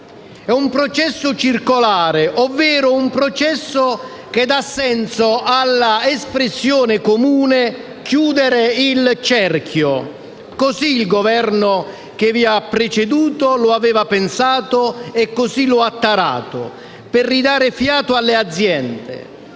È un processo circolare ovvero un processo che dà senso all'espressione comune «chiudere il cerchio». Così il Governo che vi ha preceduto l'aveva pensato e così lo ha tarato, per ridare fiato alle aziende,